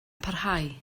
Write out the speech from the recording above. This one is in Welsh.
parhau